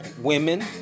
women